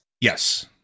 Yes